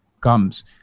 comes